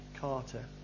Carter